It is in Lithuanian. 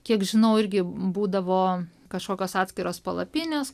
kiek žinau irgi būdavo kažkokios atskiros palapinės